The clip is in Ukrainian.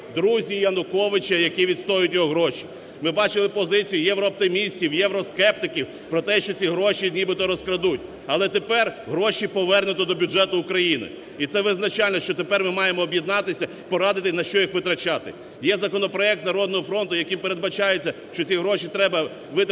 друзі Януковича, які відстоюють його гроші. Ми бачили позиції єврооптимістів, євроскептиків про те, що ці гроші нібито розкрадуть. Але тепер гроші повернуто до бюджету України і це визначально, що тепер ми маємо об'єднатися, порадити на що їх витрачати. Є законопроект "Народного фронту", яким передбачається, що ці гроші треба витратити...